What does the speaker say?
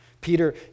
Peter